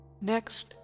Next